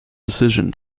decision